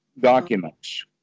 documents